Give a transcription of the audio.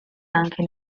anche